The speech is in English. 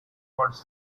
wants